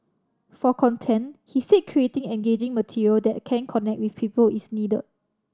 for content he said creating engaging material that can connect with people is needed